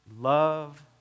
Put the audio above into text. Love